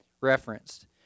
referenced